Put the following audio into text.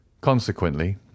Consequently